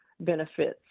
benefits